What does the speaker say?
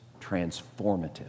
transformative